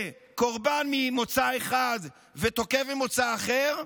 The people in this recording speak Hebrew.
לקורבן ממוצא אחד ותוקף ממוצא אחר,